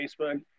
Facebook